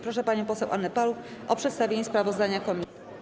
Proszę panią poseł Annę Paluch o przedstawienie sprawozdania komisji.